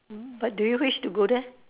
but do you wish to go there